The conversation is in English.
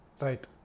Right